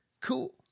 Cool